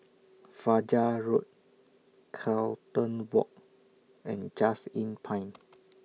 Fajar Road Carlton Walk and Just Inn Pine